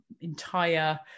entire